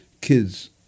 kids